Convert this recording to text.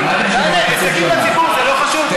הישגים לציבור זה לא חשוב?